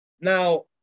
Now